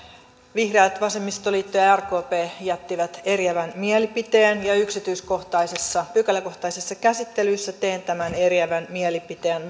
vihreät vasemmistoliitto ja ja rkp jättivät eriävän mielipiteen yksityiskohtaisessa pykäläkohtaisessa käsittelyssä teen tämän eriävän mielipiteen